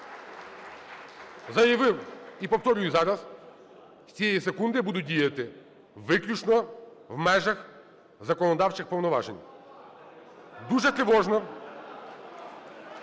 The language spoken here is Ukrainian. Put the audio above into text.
заявив, і повторюю зараз, з цієї секунди буду діяти виключно в межах законодавчих повноважень. Дуже тривожно…